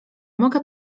mogę